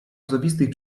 osobistych